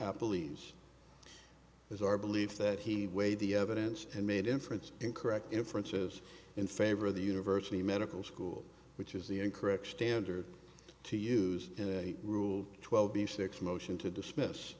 apple e's is our belief that he weighed the evidence and made inference incorrect inferences in favor of the university medical school which is the incorrect standard to use in a rule twelve b six motion to dismiss